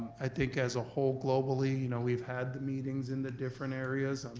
i think as a whole, globally you know we've had the meetings in the different areas.